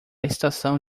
estação